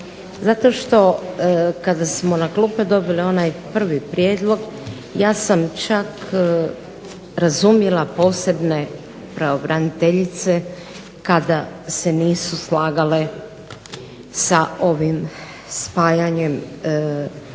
Zato što kada smo na klupe dobili onaj prvi prijedlog ja sam čak razumjela posebne pravobraniteljice kada se nisu slagale sa ovim spajanjem pučkom